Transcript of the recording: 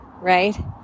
right